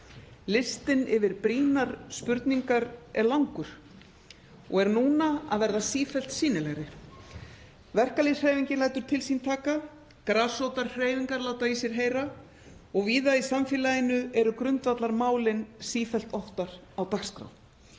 Listinn yfir brýnar spurningar er langur og er núna að verða sífellt sýnilegri. Verkalýðshreyfingin lætur til sín taka, grasrótarhreyfingar láta í sér heyra og víða í samfélaginu eru grundvallarmálin sífellt oftar á dagskrá.